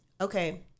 okay